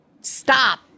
Stop